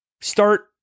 start